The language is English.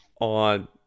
on